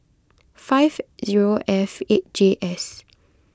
five zero F eight J S